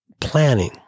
planning